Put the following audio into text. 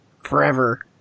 forever